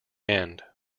end